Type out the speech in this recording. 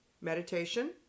meditation